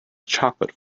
chocolate